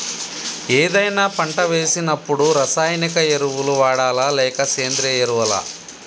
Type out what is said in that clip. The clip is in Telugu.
ఏదైనా పంట వేసినప్పుడు రసాయనిక ఎరువులు వాడాలా? లేక సేంద్రీయ ఎరవులా?